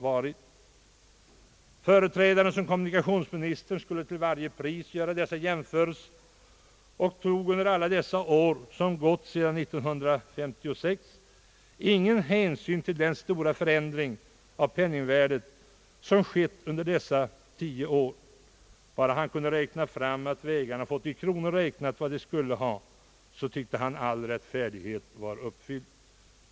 Den förre kommunikationsministern skulle ju till varje pris göra de jämförelser som jag nämnde nyss. Under alla de år som förflöt sedan 1956 tog han ingen hänsyn till den stora förändring som penningvärdet undergick. Om han bara kunde räkna fram att vägarna fått i kronor vad de skulle ha, tyckte han att all rättfärdighet var uppfylld.